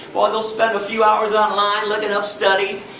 well, they'll spend a few hours online, looking ah studies,